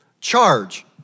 charge